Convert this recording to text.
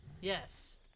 Yes